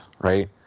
right